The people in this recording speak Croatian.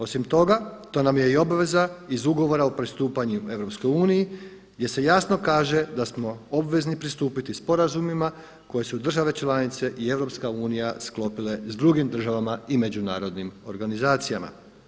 Osim toga, to nam je i obveza iz Ugovora o pristupanju EU gdje se jasno kaže da smo obvezni pristupiti sporazumima koje su države članice i EU sklopile s drugim državama i međunarodnim organizacijama.